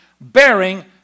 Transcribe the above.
bearing